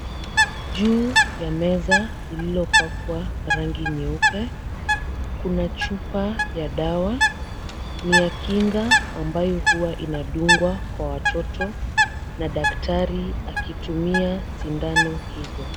Juu ya meza lililopakwa rangi nyeupe kuna chupa ya dawa, ni ya kinga ambayo huwa inadungwa kwa watoto na daktari akitumia sindano hizo.